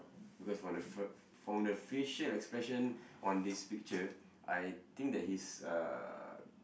because from the fr~ from the facial expression on this picture I think that he's uh